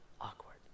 awkward